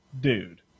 Dude